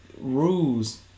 rules